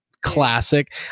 classic